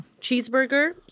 Cheeseburger